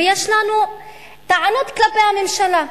ויש לנו טענות כלפי המשטרה: